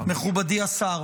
מכובדי השר